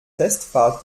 testfahrt